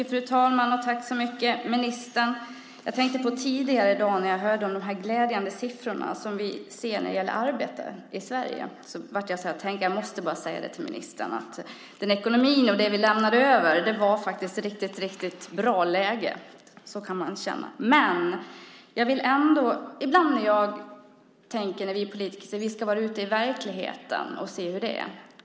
Fru talman! Först vill jag tacka ministern. Jag tänker på de glädjande siffror som jag hörde om tidigare i dag och som vi ser när det gäller arbete i Sverige. Jag tänkte att jag bara måste säga till ministern att den ekonomi och det vi lämnade över faktiskt var i ett riktigt bra läge - så kan man känna. Vi politiker säger att vi ska vara ute i verkligheten för att se hur det här.